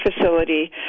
facility